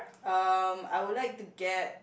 um I would like to get